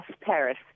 Paris